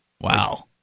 Wow